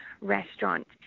restaurant